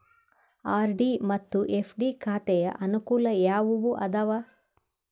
RD ಮತ್ತು FD ಖಾತೆಯ ಅನುಕೂಲ ಯಾವುವು ಅದಾವ?